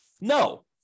no